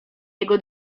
jego